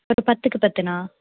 ஒரு பத்துக்கு பத்துண்ணா